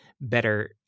better